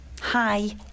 hi